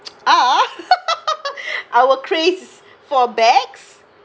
are our craze for bags